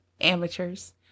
amateurs